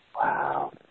Wow